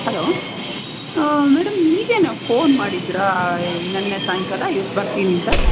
hello madam ನೀವೇನಾ phone ಮಾಡಿದ್ದಿರಾ ನೆನ್ನೆ ಸಾಯಂಕಾಲ ಇವತ್ತು ಬರ್ತೀನಿ ಅಂತ